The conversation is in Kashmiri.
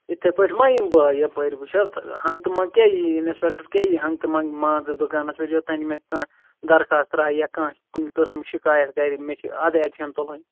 یِتھَے پٲٹھۍ ما یِمہٕ بہٕ یپٲرۍ وُچھ حظ ہنٛگتہٕ منٛگ کیٛاہ یی اِنسپٮ۪کٹر کیٛاہ یی ہنٛگتہٕ منٛگ مان ژٕ دُکانس پٮ۪ٹھ یوٚتانۍ نہٕ مےٚ کانٛہہ درخاس ترٛایہِ یا کانٛہہ کُنہِ قٕسمہٕ شِکایت کَرِ مےٚ چھِ ادٕ اٮ۪کشن تُلٕنۍ